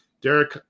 Derek